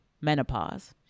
menopause